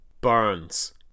Burns